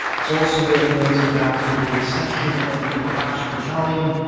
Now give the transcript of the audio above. it's also worth noting that, with the exception of the arajs battalion,